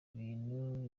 ibintu